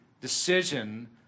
decision